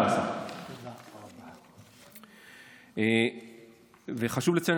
13. חשוב לציין,